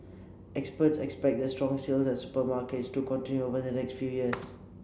experts expect the strong sales at supermarkets to continue over the next few years